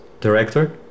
director